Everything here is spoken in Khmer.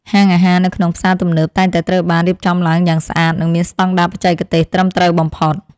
ហាងអាហារនៅក្នុងផ្សារទំនើបតែងតែត្រូវបានរៀបចំឡើងយ៉ាងស្អាត និងមានស្តង់ដារបច្ចេកទេសត្រឹមត្រូវបំផុត។